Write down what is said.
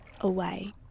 away